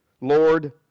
Lord